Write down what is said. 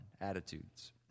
Attitudes